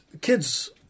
kids